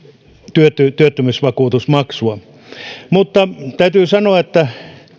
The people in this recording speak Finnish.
työttömyysvakuutusmaksua täytyy sanoa että